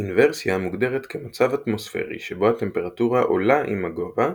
אינוורסיה מוגדרת כמצב אטמוספירי שבו הטמפרטורה עולה עם הגובה,